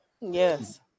Yes